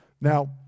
Now